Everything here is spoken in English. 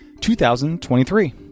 2023